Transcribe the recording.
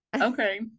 okay